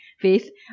faith